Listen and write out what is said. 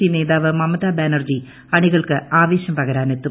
C നേതാവ് മമതാ ബാനർജി അണികൾക്ക് ആവേശം പകരാനെത്തും